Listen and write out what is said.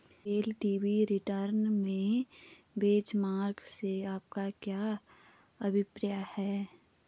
Relative return में benchmark से आपका क्या अभिप्राय है?